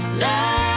love